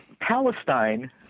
Palestine